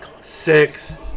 six